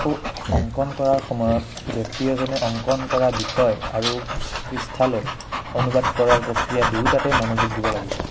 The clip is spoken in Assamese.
আকৌ অংকন কৰাৰ সময়ত ব্যক্তি এজনে অংকন কৰা বিষয় আৰু পৃষ্ঠালৈ অনুবাদ কৰাৰ প্ৰক্ৰিয়া দুয়োটাতে মনোযোগ দিব লাগিব